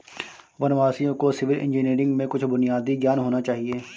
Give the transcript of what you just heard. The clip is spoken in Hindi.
वनवासियों को सिविल इंजीनियरिंग में कुछ बुनियादी ज्ञान होना चाहिए